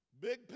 big